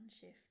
shift